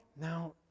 now